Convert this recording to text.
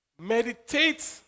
Meditate